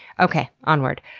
okay, onward.